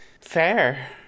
Fair